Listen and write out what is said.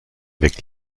avec